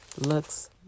looks